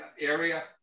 area